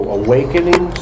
awakening